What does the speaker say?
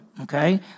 okay